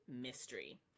mystery